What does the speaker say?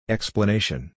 Explanation